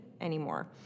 anymore